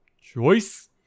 choice